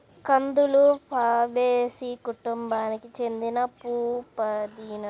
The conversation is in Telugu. కందులు ఫాబేసి కుటుంబానికి చెందిన పప్పుదినుసు